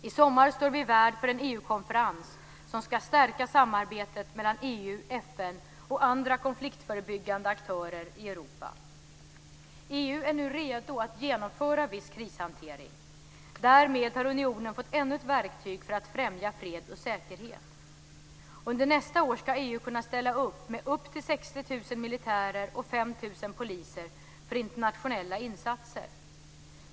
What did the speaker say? I sommar står vi värd för en EU-konferens som ska stärka samarbetet mellan EU, FN och andra konfliktförebyggande aktörer i EU är nu redo att genomföra viss krishantering. Därmed har unionen fått ännu ett verktyg för att främja fred och säkerhet. Under nästa år ska EU kunna ställa upp med upp till 60 000 militärer och 5 000 poliser för internationella insatser.